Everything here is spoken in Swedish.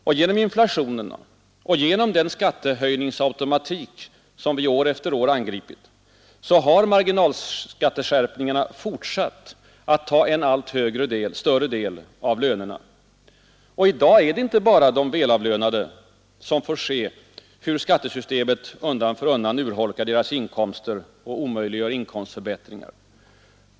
Och genom inflationen och genom den skattehöjningsautomatik som vi år efter år angripit har marginalskatteskärpningarna fortsatt att ta en allt större del av lönerna. I dag är det inte bara de välavlönade som får se hur skattesystemet undan för undan urholkar deras inkomster och omöjliggör inkomstförbättringar.